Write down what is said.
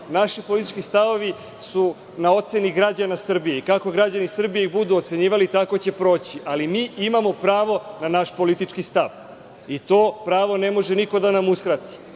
Naši politički stavovi su na oceni građana Srbije i kako ih građani Srbije budu ocenjivali, tako će proći, ali mi imamo pravo na naš politički stav i to pravo ne može niko da nam uskrati. Vi